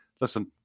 Listen